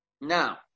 Now